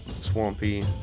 swampy